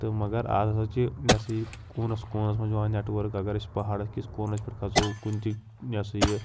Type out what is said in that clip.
تہٕ مگر آز ہَسا چھِ یِہِ سا یہِ کوٗنَس کوٗنَس منٛز یِوان نیٚٹؤرٕک اگر أسۍ پہاڑس کِس کوٗنَس پٮ۪ٹھ کھژو کُنہِ تہِ یِہِ سا یہِ